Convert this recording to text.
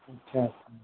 اچھا